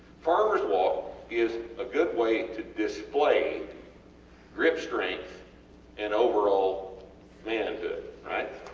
farmers walk is a good way to display grip strength and overall manhood, right?